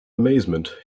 amazement